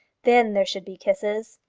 then there should be kisses!